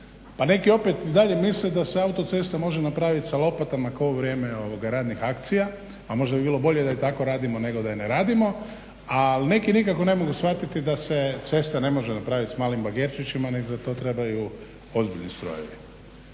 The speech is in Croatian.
a neki opet i dalje misle da se autocesta može napravit sa lopatama kao u vrijeme radnih akcija, a možda bi bilo bolje da i tako radimo nego da ne radimo. Ali neki nikako ne mogu shvatiti da se cesta ne može napravit s malim bagerčićima nego za to trebaju ozbiljni strojevi.